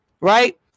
Right